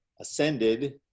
ascended